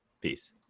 Peace